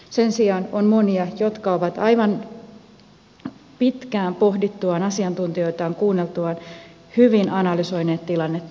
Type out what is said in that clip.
sen sijaan on monia jotka ovat pitkään pohdittuaan asiantuntijoita kuultuaan aivan hyvin analysoineet tilannetta